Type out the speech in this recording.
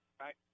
right